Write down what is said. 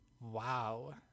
Wow